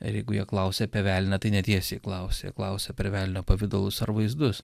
ir jeigu jie klausia apie velnią tai ne tiesiai klausia jie klausia per velnio pavidalus ar vaizdus